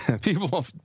people